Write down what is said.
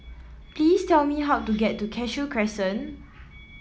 please tell me how to get to Cashew Crescent